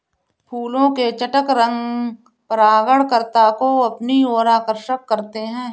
फूलों के चटक रंग परागणकर्ता को अपनी ओर आकर्षक करते हैं